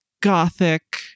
gothic